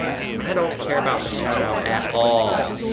i don't care about the shout-out at all.